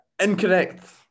Incorrect